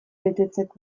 betetzeko